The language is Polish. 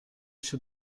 się